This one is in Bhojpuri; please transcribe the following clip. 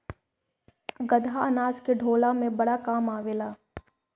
गदहा अनाज के ढोअला में बड़ा काम आवेला